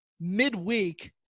midweek